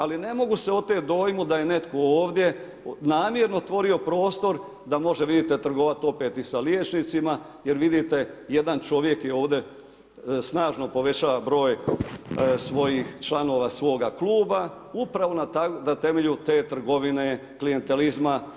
Ali ne mogu se oteti dojmu da je netko ovdje, namjerno tvorio prostor da možda vidite trgovati opet i sa liječnicima jer vidite jedan čovjek je ovdje, snažno povećava broj svojih članova, svoga kluba upravo na temelju te trgovine, klijentalizma.